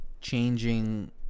changing